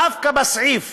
דווקא בסעיף